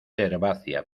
herbácea